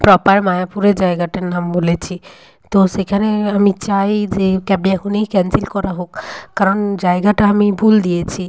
proper মায়াপুরের জায়গাটার নাম বলেছি তো সেখানে আমি চাই যে ক্যাবটি এখনই ক্যানসেল করা হোক কারণ জায়গাটা আমি ভুল দিয়েছি